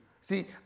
See